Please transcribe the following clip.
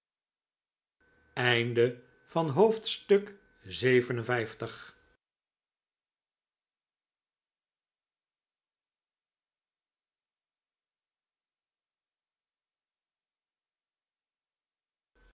tuin van het